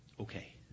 Okay